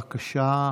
בבקשה,